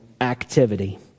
activity